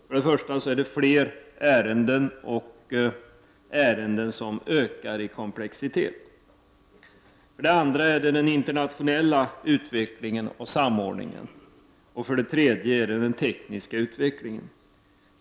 För det första är det fler ärenden och det är ärenden som ökar i komplexitet. För det andra måste hänsyn tas till den interna tionella utvecklingen och samordningen och för det tredje måste man beakta den tekniska utvecklingen.